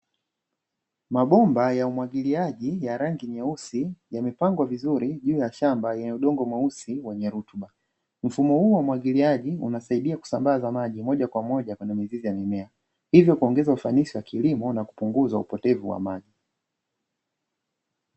Mabomba ya umwagiliaji ya rangi nyeusi yamepangwa vizuri juu ya shamba lenye udongo mweusi wenye rutuba, mfumo huu wa umwagiliaji unasaidia kusambaza maji moja kwa moja kwenye mizizi ya mimea hivyo kuongeza ufanisi wa kilimo na kupunguza upotevu wa maji.